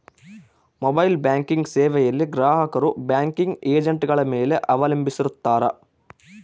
mobile banking ಸೇವೆಯಲ್ಲಿ ಗ್ರಾಹಕರು banking ಏಜೆಂಟ್ಗಳ ಮೇಲೆ ಅವಲಂಬಿಸಿರುತ್ತಾರ